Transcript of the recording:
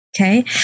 Okay